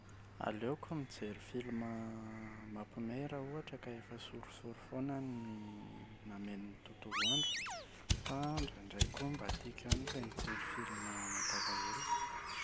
Aleoko mijery film mampihomehy raha ohatra ka efa sorisory foana ny nameno ny tontolo andro fa indraindray koa mba tiako ihany ilay mijery film mampalahelo.